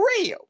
real